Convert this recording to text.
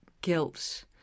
guilt